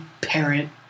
parent